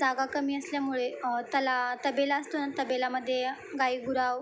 जागा कमी असल्यामुळे तला तबेला असतो ना तबेल्यामध्ये गाई गुरं